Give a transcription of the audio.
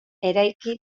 eraiki